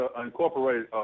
incorporate